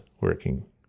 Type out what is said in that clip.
working